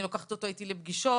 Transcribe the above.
אני לוקחת אותו לפגישות,